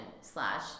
slash